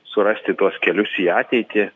surasti tuos kelius į ateitį